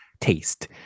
taste